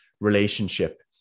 relationship